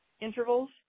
intervals